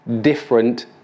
different